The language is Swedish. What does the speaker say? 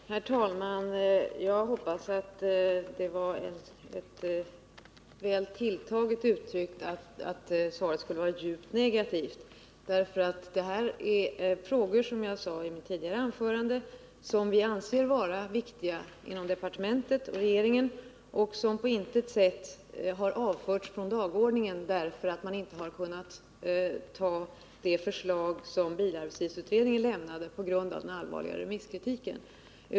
Tisdagen den Herr talman! Jag anser att det var ett väl kraftigt tilltaget uttryck att svaret 8 maj 1979 skulle ha varit djupt negativt, för det här är — som jag sade i mitt tidigare anförande — frågor som vi anser vara viktiga inom departementet och regeringen och som på intet sätt har avförts från dagordningen därför att man inte har kunnat anta det förslag, som bilarbetstidsutredningen lämnade, på grund av den allvarliga remisskritiken.